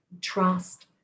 trust